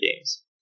games